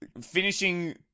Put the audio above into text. finishing